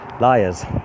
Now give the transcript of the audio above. liars